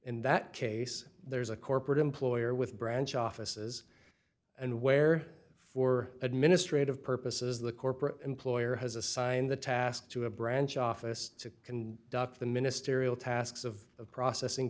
in that case there's a corporate employer with branch offices and where for administrative purposes the corporate employer has assigned the task to a branch office can duck the ministerial tasks of processing